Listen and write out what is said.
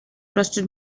trusted